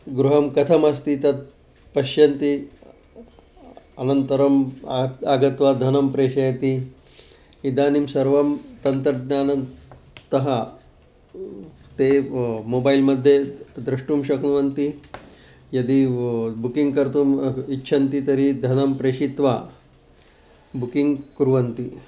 गृहं कथमस्ति तत् पश्यन्ति अनन्तरम् आग् आगत्वा धनं प्रेषयति इदानीं सर्वं तन्त्रज्ञानन्तः ते ब् मोबैल्मध्ये द्रष्टुं शक्नुवन्ति यदि व् बुकिङ्ग् कर्तुम् इच्छन्ति तर्हि धनं प्रेषित्वा बुकिङ्ग् कुर्वन्ति